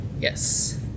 Yes